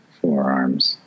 forearms